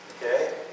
Okay